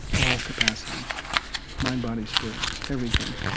all capacities mind, body, spirit everything.